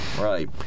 Right